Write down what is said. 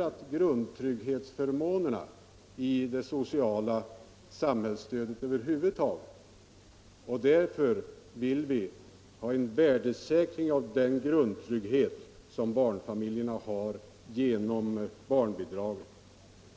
satt grundtrygghetsförmånerna främst i det sociala samhällsstödet över huvud taget, och vi vill i linje härmed ha en värdesäkring av den grundtrygghet som barnfamiljerna har genom barnbidraget.